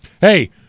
Hey